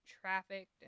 trafficked